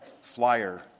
flyer